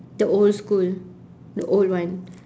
the old school the old one